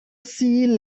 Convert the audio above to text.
sea